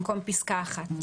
במקום פסקה (1).